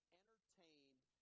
entertained